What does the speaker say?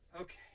Okay